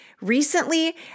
Recently